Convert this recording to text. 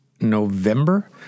November